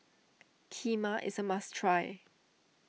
Kheema is a must try